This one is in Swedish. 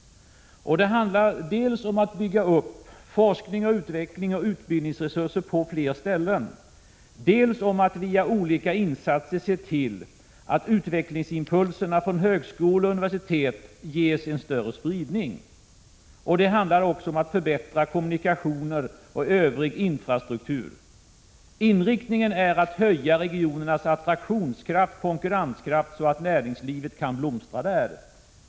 Det handlar dels om att bygga upp forsknings-, utvecklingsoch utbildningsresurser på flera håll, dels om att via olika insatser se till att utvecklingsimpulserna från högskolor och universitet ges en större spridning. Det handlar också om att förbättra kommunikationer och övrig infrastruktur. Inriktningen är att höja regionernas attraktionskraft och konkurrenskraft, så att näringslivet kan blomstra där.